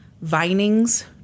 Vinings